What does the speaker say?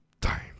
time